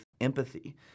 empathy